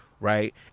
right